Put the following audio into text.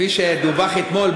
איפה הקואליצה?